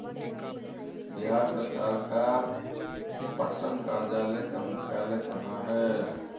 बिहार सरकार का पटसन कार्यालय का मुख्यालय कहाँ है?